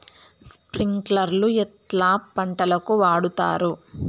స్ప్రింక్లర్లు ఎట్లా పంటలకు వాడుతారు?